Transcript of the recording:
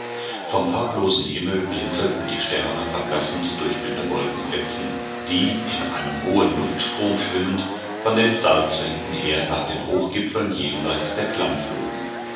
vom farblosen himmel blinzelten die sterne verblassend durch dünne wolkenfetzen die in einem hohen luftstrom schwimmend von den salzwänden her nach den hochgipfeln jenseits der klamm flogen